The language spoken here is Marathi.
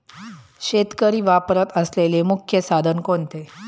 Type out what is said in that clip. शेतकरी वापरत असलेले मुख्य साधन कोणते?